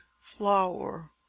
FLOWER